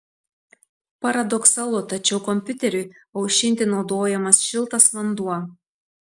paradoksalu tačiau kompiuteriui aušinti naudojamas šiltas vanduo